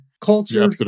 culture